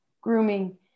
grooming